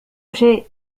شيء